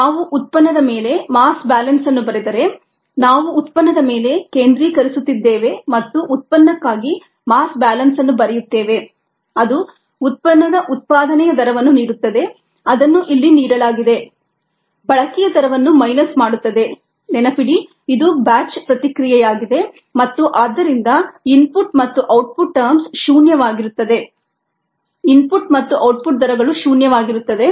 ನಾವು ಉತ್ಪನ್ನದ ಮೇಲೆ ಮಾಸ್ ಬ್ಯಾಲೆನ್ಸ್ ಅನ್ನು ಬರೆದರೆ ನಾವು ಉತ್ಪನ್ನದ ಮೇಲೆ ಕೇಂದ್ರೀಕರಿಸುತ್ತಿದ್ದೇವೆ ಮತ್ತು ಉತ್ಪನ್ನಕ್ಕಾಗಿ ಮಾಸ್ ಬ್ಯಾಲೆನ್ಸ್ ಅನ್ನು ಬರೆಯುತ್ತೇವೆ ಅದು ಉತ್ಪನ್ನದ ಉತ್ಪಾದನೆಯ ದರವನ್ನು ನೀಡುತ್ತದೆ ಅದನ್ನು ಇಲ್ಲಿ ನೀಡಲಾಗಿದೆ ಬಳಕೆಯ ದರವನ್ನು ಮೈನಸ್ ಮಾಡುತ್ತದೆ ನೆನಪಿಡಿಇದು ಬ್ಯಾಚ್ ಪ್ರತಿಕ್ರಿಯೆಯಾಗಿದೆ ಆದ್ದರಿಂದ ಇನ್ಪುಟ್ ಮತ್ತು ಔಟ್ಪುಟ್ ಟರ್ಮ್ಸ್ ಶೂನ್ಯವಾಗಿರುತ್ತದೆ ಇನ್ಪುಟ್ ಮತ್ತು ಔಟ್ಪುಟ್ ದರಗಳು ಶೂನ್ಯವಾಗಿರುತ್ತದೆ